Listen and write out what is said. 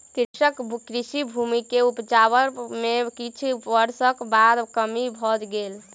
कृषकक कृषि भूमि के उपजाउपन में किछ वर्षक बाद कमी भ गेल